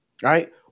Right